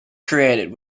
created